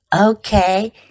Okay